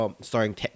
starring